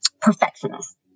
perfectionist